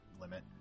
limit